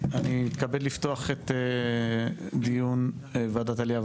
אני מתכבד לפתוח את דיון ועדת העלייה,